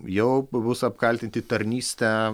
jau bus apkaltinti tarnyste